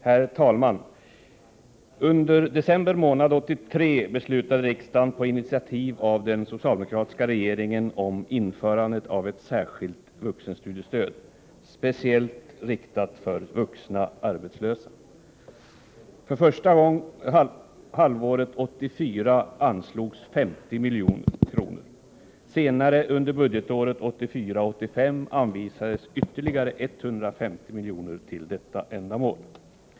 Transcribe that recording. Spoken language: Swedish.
Herr talman! Under december månad 1983 beslutade riksdagen på initiativ av den socialdemokratiska regeringen om införandet av ett särskilt vuxenstudiestöd, speciellt inriktat på vuxna arbetslösa. För första halvåret 1984 anslogs 50 milj.kr. Senare under budgetåret 1984/85 anvisades ytterligare 150 milj.kr. till detta ändamål.